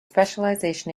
specialization